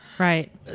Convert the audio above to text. Right